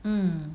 mm